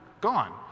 gone